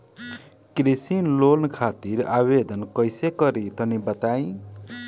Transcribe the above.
हम कृषि लोन खातिर आवेदन कइसे करि तनि बताई?